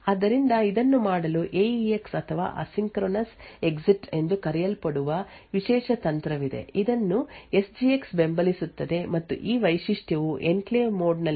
ಆದ್ದರಿಂದ ಇದನ್ನು ಮಾಡಲು ಎ ಇ ಎಕ್ಸ್ ಅಥವಾ ಅಸಿಂಕ್ರೊನ್ಸ್ ಎಕ್ಸಿಟ್ ಎಂದು ಕರೆಯಲ್ಪಡುವ ವಿಶೇಷ ತಂತ್ರವಿದೆ ಇದನ್ನು ಎಸ್ ಜಿ ಎಕ್ಸ್ ಬೆಂಬಲಿಸುತ್ತದೆ ಮತ್ತು ಈ ವೈಶಿಷ್ಟ್ಯವು ಎನ್ಕ್ಲೇವ್ ಮೋಡ್ ನಲ್ಲಿರುವಾಗ ಅಡಚಣೆಗಳನ್ನು ನಿಭಾಯಿಸಲು ಅನುಮತಿಸುತ್ತದೆ